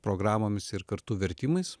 programomis ir kartu vertimais